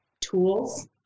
tools